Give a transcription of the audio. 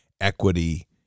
equity